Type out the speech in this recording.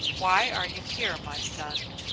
why are you here, my son?